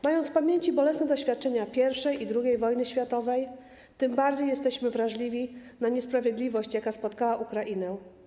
Mając w pamięci bolesne doświadczenia I i II wojny światowej, tym bardziej jesteśmy wrażliwi na niesprawiedliwość, jaka spotkała Ukrainę.